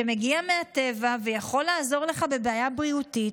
שמגיע מהטבע ויכול לעזור לך בבעיה בריאותית,